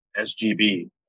SGB